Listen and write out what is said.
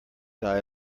guy